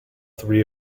three